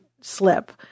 slip